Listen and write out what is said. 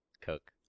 Coke